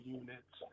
units